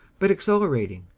but exhilarating,